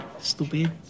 Stupid